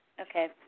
Okay